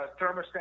thermostat